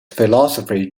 philosophy